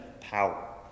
power